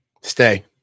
Stay